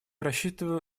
рассчитываю